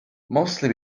mostly